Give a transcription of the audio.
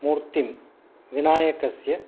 मूर्तिं विनायकस्य